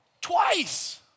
twice